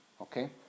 Okay